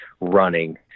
running